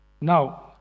Now